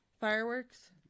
Fireworks